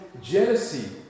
jealousy